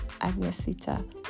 Agnesita